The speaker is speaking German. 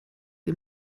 wie